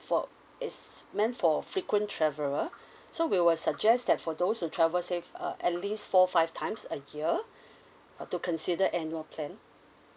for it's meant for frequent traveler so we will suggest that for those who travel say uh at least four five times a year uh to consider annual plan